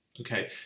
Okay